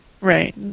Right